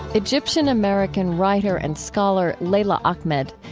egyptian-american writer and scholar leila ahmed.